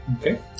Okay